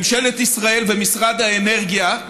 ממשלת ישראל, משרד האנרגיה,